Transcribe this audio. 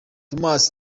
thomas